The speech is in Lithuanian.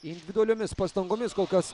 individualiomis pastangomis kol kas